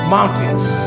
Mountains